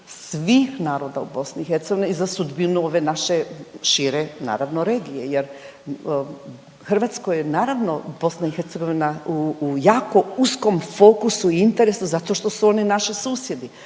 svih naroda u BiH i za sudbinu ove naše šire naravno regije jer Hrvatskoj je naravno BiH u jako uskom fokusu i interesu zato što su oni naši susjedi,